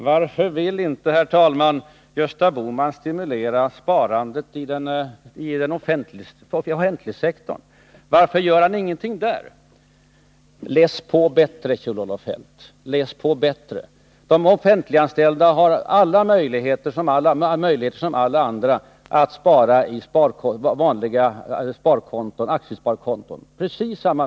Herr talman! Varför vill inte Gösta Bohman stimulera sparandet i den offentliga sektorn? Varför gör han ingenting där? Läs på bättre, Kjell-Olof Feldt! De offentliganställda har precis samma möjligheter som alla andra att spara på vanliga aktiesparkonton.